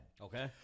Okay